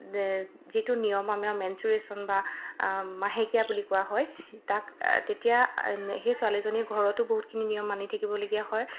যিটো নিয়ম আমাৰ মেনষ্ট্ৰুৱেশ্যন বা মাহেকীয়া বুলি কোৱা হয় তাক তেতিয়া সেই ছোৱালীজনীৰ ঘৰতো বহুতখিনি নিয়ম মানি থাকিবলগীয়া হয়